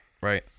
Right